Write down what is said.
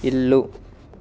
ఇల్లు